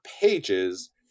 pages